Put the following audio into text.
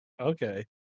Okay